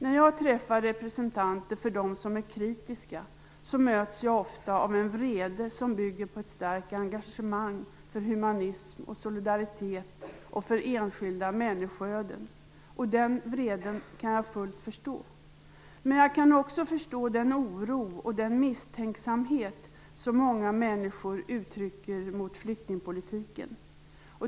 När jag träffar representanter för dem som är kritiska möts jag ofta av en vrede som bygger på ett starkt engagemang för humanism och solidaritet och för enskilda människoöden. Den vreden kan jag fullt förstå. Jag kan också förstå den oro och misstänksamhet som många människor uttrycker mot flyktingpolitiken.